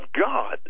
God